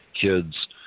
kids